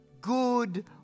good